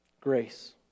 Grace